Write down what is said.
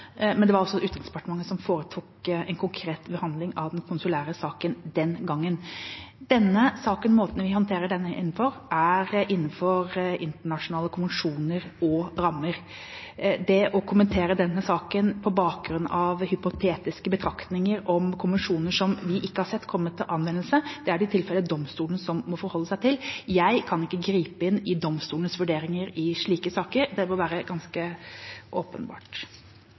men det var altså Utenriksdepartementet som foretok en konkret behandling av den konsulære saken den gangen. Denne saken, måten vi håndterer denne på, er innenfor internasjonale konvensjoner og rammer. Det å kommentere denne saken på bakgrunn av hypotetiske betraktninger om konvensjoner som vi ikke har sett komme til anvendelse, er det i tilfellet domstolene som må forholde seg til. Jeg kan ikke gripe inn i domstolenes vurderinger i slike saker. Det bør være ganske åpenbart.